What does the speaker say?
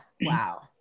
Wow